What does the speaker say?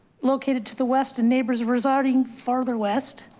located to the west and neighbors of residing farther west.